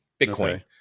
bitcoin